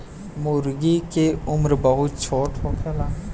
मूर्गी के उम्र बहुत छोट होखेला